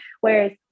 whereas